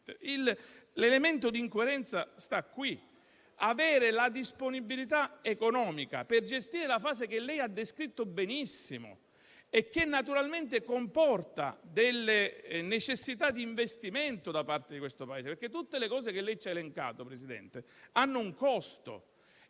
L'elemento di incoerenza sta qui, di fronte alla disponibilità economica per gestire la fase che lei ha descritto benissimo, e che naturalmente comporta talune necessità di investimento da parte di questo Paese. Tutte le cose che lei ci ha elencato, Presidente,